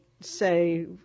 say